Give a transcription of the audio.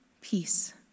peace